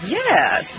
yes